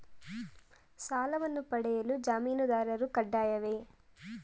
ಸಾಲವನ್ನು ಪಡೆಯಲು ಜಾಮೀನುದಾರರು ಕಡ್ಡಾಯವೇ?